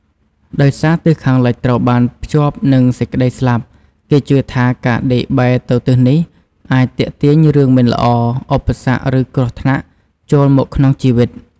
ដោយសារទិសខាងលិចត្រូវបានភ្ជាប់នឹងសេចក្ដីស្លាប់ គេជឿថាការដេកបែរទៅទិសនេះអាចទាក់ទាញរឿងមិនល្អ ឧបសគ្គ ឬគ្រោះថ្នាក់ចូលមកក្នុងជីវិត។